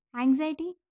anxiety